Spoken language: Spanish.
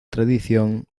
tradición